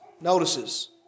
notices